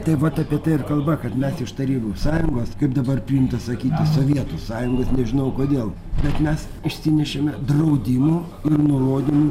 taip vat apie tai ir kalba kad mes iš tarybų sąjungos kaip dabar priimta sakyti sovietų sąjungos nežinau kodėl bet mes išsinešėme draudimų ir nurodymų